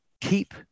keep